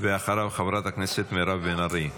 אחריו, חברת הכנסת מירב בן ארי.